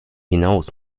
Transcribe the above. hinaus